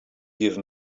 give